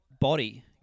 body